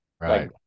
Right